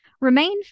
Remain